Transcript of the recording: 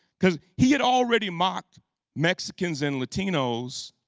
because he had already mocked mexicans and latinos,